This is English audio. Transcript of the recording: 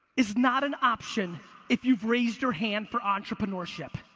is not an option if you've raised your hand for entrepreneurship.